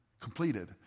completed